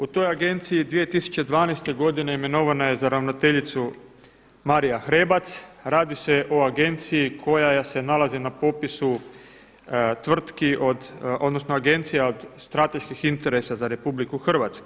U toj agenciji 2012. godine imenovana je za ravnateljicu Marija Hrebac, radi se o agenciji koja se nalazi na popisu tvrtki odnosno agencija od strateških interesa za RH.